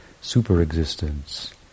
super-existence